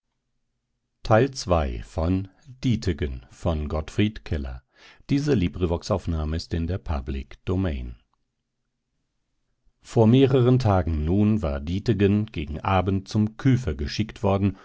vor mehreren tagen nun war dietegen gegen abend zum küfer geschickt worden